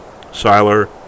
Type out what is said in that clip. Siler